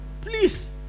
please